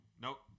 nope